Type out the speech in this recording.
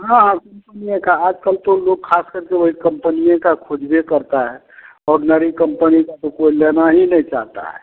हाँ हाँ कम्पनिए का आजकल तो लोग खासकर के वही कम्पनिए का खोजबे करता है ऑर्डिनरी कम्पनी का तो कोई लेना ही नहीं चाहता है